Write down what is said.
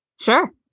Sure